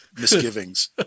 misgivings